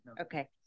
Okay